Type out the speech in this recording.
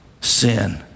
sin